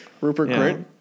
Rupert